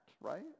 right